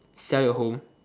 sell your home